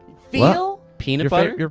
feel? peanut butter?